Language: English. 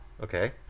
Okay